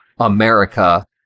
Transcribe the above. America